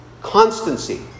constancy